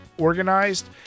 organized